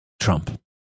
Trump